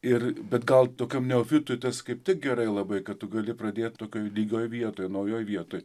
ir bet gal tokiom neofitui nes kaip tik gerai labai kad tu gali pradėt tokioj lygioj vietoj naujoj vietoj